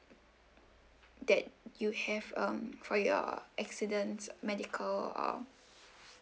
that you have um for your accidents medical or